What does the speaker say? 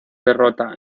derrota